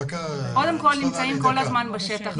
נמצאים כל הזמן בשטח.